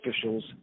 officials